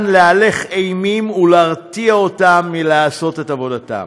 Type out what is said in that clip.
להלך אימים ולהרתיע אותם מלעשות את עבודתם.